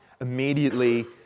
Immediately